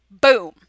Boom